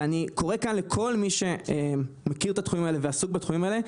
ואני קורא כאן לכל מי שמכיר את התחומים האלה ועסוק בתחומים האלה,